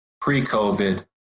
pre-COVID